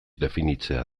definitzea